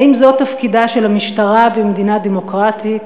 האם זה תפקידה של המשטרה במדינה דמוקרטית?